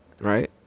right